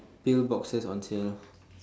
pill boxes on tier